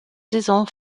saison